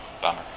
Bummer